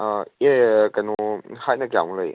ꯑꯥ ꯑꯦ ꯀꯩꯅꯣ ꯍꯥꯏꯠꯅ ꯀꯌꯥꯃꯨꯛ ꯂꯩꯒꯦ